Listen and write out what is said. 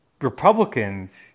Republicans